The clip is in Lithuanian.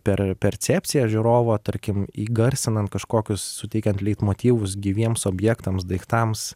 per percepciją žiūrovo tarkim įgarsinant kažkokius suteikiant leitmotyvus gyviems objektams daiktams